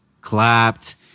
clapped